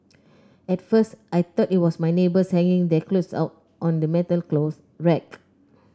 at first I thought it was my neighbours hanging their clothes out on the metal clothes rack